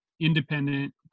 independent